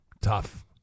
tough